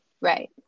Right